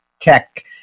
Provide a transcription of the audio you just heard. tech